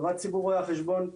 לטובת ציבור רואי החשבון,